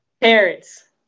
parents